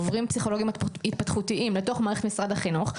עוברים פסיכולוגים התפתחותיים לתוך מערכת משרד החינוך.